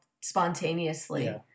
spontaneously